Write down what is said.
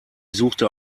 suchte